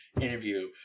interview